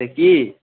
से की